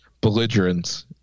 belligerents